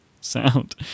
sound